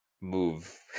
move